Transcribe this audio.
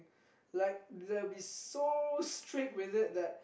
like they will be so strict with it that